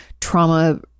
trauma